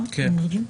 יש לנו תינוק קטן,